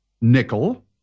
Nickel